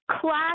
class